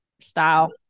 style